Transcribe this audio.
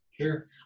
Sure